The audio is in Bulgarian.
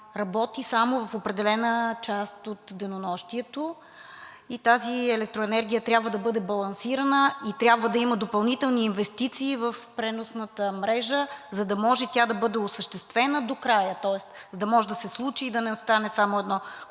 работи само в определена част от денонощието. Тази електроенергия трябва да бъде балансирана и трябва да има допълнителни инвестиции в преносната мрежа, за да може тя да бъде осъществена до края. Тоест, за да може да се случи и да не остане само едно